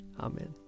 Amen